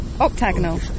Octagonal